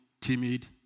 timid